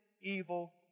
evil